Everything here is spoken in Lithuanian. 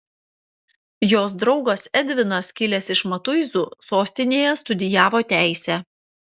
jos draugas edvinas kilęs iš matuizų sostinėje studijavo teisę